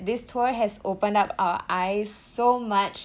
this tour has opened up our eyes so much